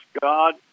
God